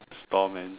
store man